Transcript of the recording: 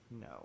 No